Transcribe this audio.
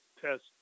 test